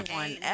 one